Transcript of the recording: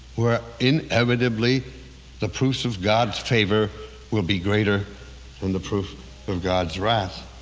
where inevitably the proofs of god's favor will be greater than the proof of god's wrath.